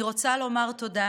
אני רוצה לומר תודה